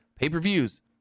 Pay-per-views